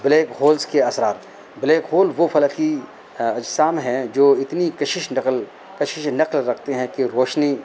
black holes کے اثرات black holes وہ فلکی اجسام ہیں جو اتنی کشش نقل کشش نقل رکھتے ہیں کہ روشنی